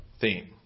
theme